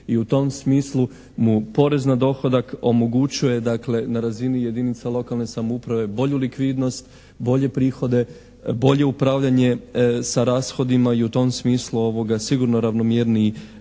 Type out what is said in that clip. I u tom smislu mu porez na dohodak omogućuje, dakle, na razini jedinica lokalne samouprave bolju likvidnost, bolje prihode, bolje upravljanje sa rashodima. I u tom smislu sigurno ravnomjernije